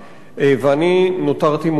ואני נותרתי מוטרד.